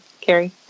Carrie